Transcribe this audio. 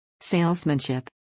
Salesmanship